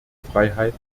freiheit